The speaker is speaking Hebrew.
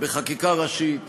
בחקיקה ראשית,